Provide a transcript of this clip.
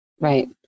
Right